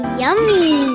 yummy